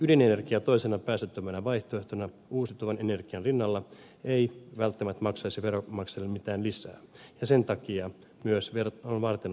ydinenergia toisena päästöttömänä vaihtoehtona uusiutuvan energian rinnalla ei välttämättä maksaisi veronmaksajille mitään lisää ja on sen takia myös varteenotettava vaihtoehto